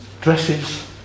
Dresses